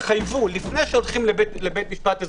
תחייבו לפני שהולכים לבית משפט אזרחי,